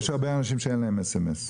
יש הרבה אנשים שאין להם סמס.